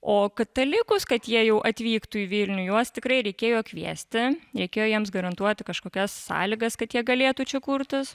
o katalikus kad jie jau atvyktų į vilnių juos tikrai reikėjo kviesti reikėjo jiems garantuoti kažkokias sąlygas kad jie galėtų čia kurtis